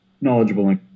knowledgeable